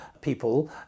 people